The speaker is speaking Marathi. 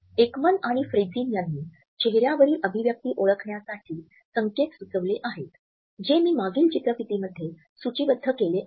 एकमन आणि फ्रेझिन यांनी चेहर्यावरील अभिव्यक्ति ओळखण्यासाठी संकेत सुचवले आहेत जे मी मागील चित्रफितीमध्ये सूचीबद्ध केले आहेत